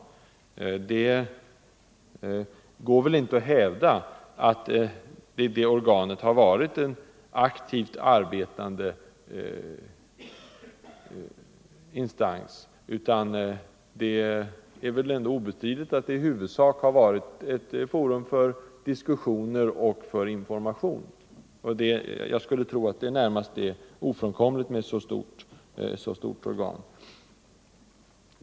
Det går knappast att hävda, att den stora delegationen har varit en aktivt arbetande instans. Den har i huvudsak varit ett forum för diskussioner och informationer. Jag skulle tro att det närmast är ofrånkomligt med ett så stort organ.